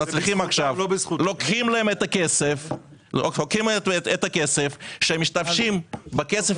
לוקחים להם את הכסף שהם משתמשים בכסף